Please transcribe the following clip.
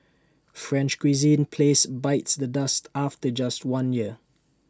French cuisine place bites the dust after just one year